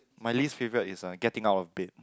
my least favourite is uh getting out of bed